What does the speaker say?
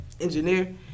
engineer